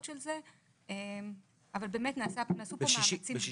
של זה אבל באמת נעשו פה מאמצים גדולים.